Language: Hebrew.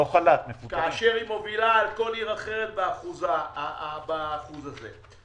היא מובילה על כל עיר אחרת באחוז הזה.